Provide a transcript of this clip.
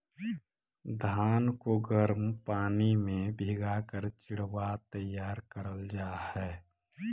धान को गर्म पानी में भीगा कर चिड़वा तैयार करल जा हई